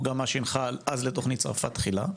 הוא גם מה שהנחה אז לתוכנית "צרפת תחילה",